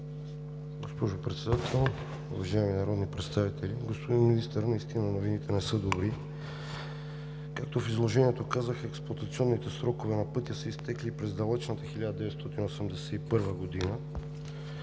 Госпожо Председател, уважаеми народни представители! Господин Министър, наистина новините не са добри. Както в изложението казах, експлоатационните срокове на пътя са изтекли през далечната 1981 г.